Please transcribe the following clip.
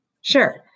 Sure